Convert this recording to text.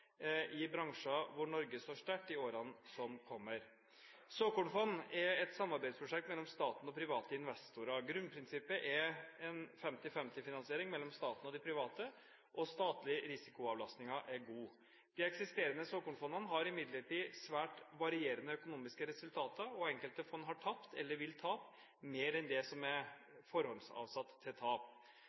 i bransjer hvor Norge står sterkt, i årene som kommer. Såkornfond er et samarbeidsprosjekt mellom staten og private investorer. Grunnprinsippet er en 50–50-finansiering mellom staten og de private, og statlige risikoavlastninger er gode. De eksisterende såkornfondene har imidlertid svært varierende økonomiske resultater, og enkelte fond har tapt – eller vil tape – mer enn det som er forhåndsavsatt til tap.